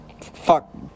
fuck